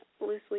loosely